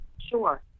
Sure